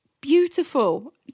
beautiful